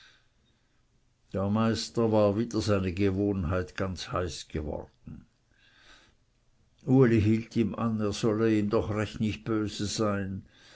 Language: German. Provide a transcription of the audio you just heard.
der meister war wider seine gewohnheit ganz heiß geworden uli hielt ihm an er solle doch recht nicht böse sein